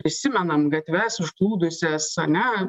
prisimenam gatves užplūdusias ane